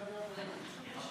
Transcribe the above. יש בעיה, יש בעיה.